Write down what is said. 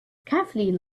kathleen